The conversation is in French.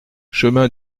chemin